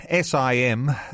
SIM